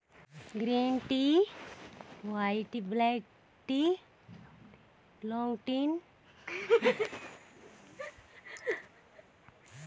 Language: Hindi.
green tea white black tea oolong tea herbal tea चाय के प्रकार है